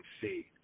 see